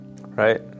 Right